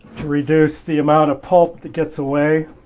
to reduce the amount of pulp that gets away